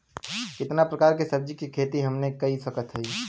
कितना प्रकार के सब्जी के खेती हमनी कर सकत हई?